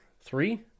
three